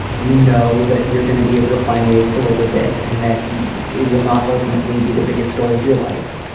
you know, that you're gonna be able to find ways to live with it and that you will not ultimately be the biggest story of your life.